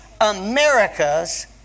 America's